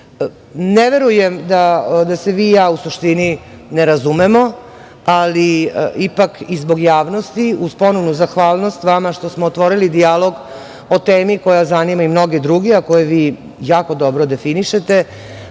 verujem da se vi i ja u suštini ne razumemo, ali ipak i zbog javnosti, uz ponovnu zahvalnost vama što smo otvorili dijalog o temi koja zanima i mnoge druge, a koje vi jako dobro definišete,